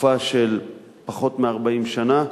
תקופה של פחות מ-40 שנה.